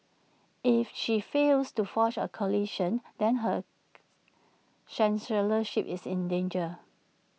if she fails to forge A coalition then her chancellorship is in danger